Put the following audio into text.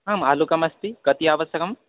आम् आलुकमस्ति कति आवश्यकम्